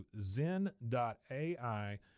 zen.ai